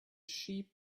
sheep